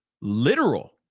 literal